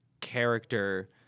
character